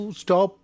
stop